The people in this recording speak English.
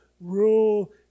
rule